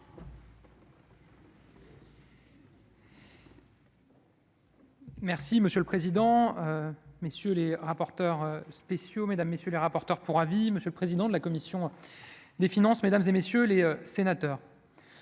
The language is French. Merci monsieur le président, messieurs les rapporteurs spéciaux, mesdames, messieurs les rapporteurs pour avis, monsieur le président de la commission des finances, mesdames et messieurs les sénateurs,